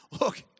look